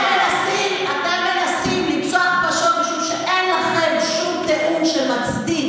אתם מנסים למצוא הכפשות משום שאין לכם שום טיעון שמצדיק,